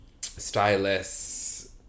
stylists